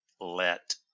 let